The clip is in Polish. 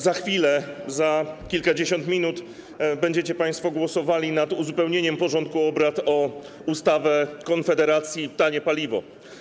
Za chwilę, za kilkadziesiąt minut będziecie państwo głosowali nad uzupełnieniem porządku obrad o ustawę Konfederacji Tanie Paliwo.